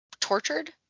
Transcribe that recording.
tortured